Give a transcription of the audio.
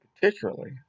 particularly